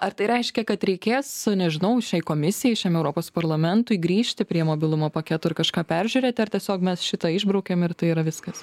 ar tai reiškia kad reikės nežinau šiai komisijai šiam europos parlamentui grįžti prie mobilumo paketo ir kažką peržiūrėti ar tiesiog mes šitą išbraukiam ir tai yra viskas